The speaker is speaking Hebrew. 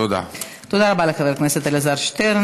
תודה רבה, חבר הכנסת אלעזר שטרן.